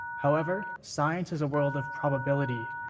however, science is a world of probability.